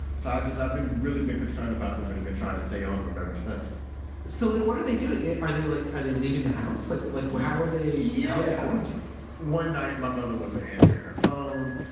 so i've been really been concerned about them and i've been trying to stay on them ever since so, like, what are they doing? yeah are they like are they leaving the house like like, well, how are they yeah are they quarantining? one night my mother wasn't answering her phone.